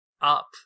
up